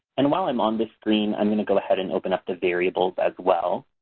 and while i'm on the screen i'm going to go ahead and open up the variables as well.